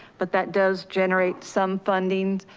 but that does generate some fundings.